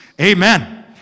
amen